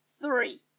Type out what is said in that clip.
three